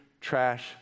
trash